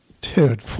Dude